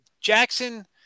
Jackson